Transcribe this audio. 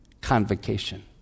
convocation